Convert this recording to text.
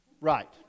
Right